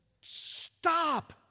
stop